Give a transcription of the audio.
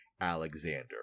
Alexander